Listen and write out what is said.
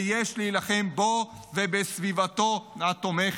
ויש להילחם בו ובסביבתו התומכת.